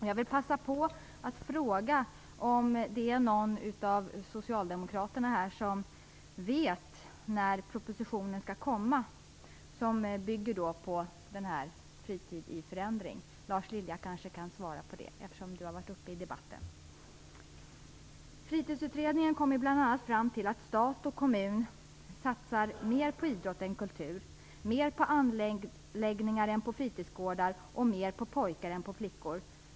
Jag vill passa på att fråga om någon av de socialdemokratiska ledamöterna här vet när den proposition som skall bygga på betänkandet Fritid i förändring väntas komma. Kanske kan Lars Lilja, som har varit uppe i debatten, svara på det. Fritidsutredningen kom bl.a. fram till att stat och kommun satsar mer på idrott än på kultur, mer på anläggningar än på fritidsgårdar och mer på pojkar än på flickor.